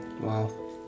Wow